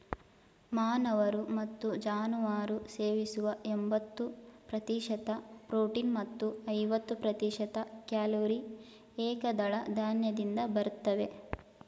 ಮಾನವರು ಮತ್ತು ಜಾನುವಾರು ಸೇವಿಸುವ ಎಂಬತ್ತು ಪ್ರತಿಶತ ಪ್ರೋಟೀನ್ ಮತ್ತು ಐವತ್ತು ಪ್ರತಿಶತ ಕ್ಯಾಲೊರಿ ಏಕದಳ ಧಾನ್ಯದಿಂದ ಬರ್ತವೆ